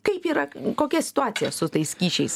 kaip yra kokia situacija su tais kyšiais